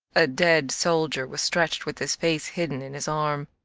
a dead soldier was stretched with his face hidden in his arm.